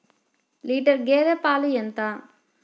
Litre గేదె పాలు ఎంత?